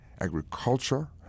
agriculture